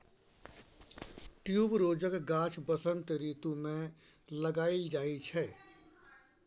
ट्युबरोजक गाछ बसंत रितु मे लगाएल जाइ छै